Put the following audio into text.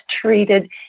treated